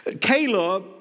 Caleb